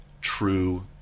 true